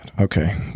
Okay